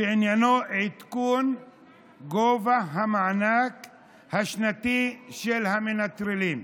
שעניינו עדכון גובה המענק השנתי של המנטרלים.